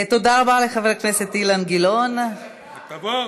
תודה רבה לחבר הכנסת אילן גילאון, יש לך דקה,